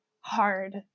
hard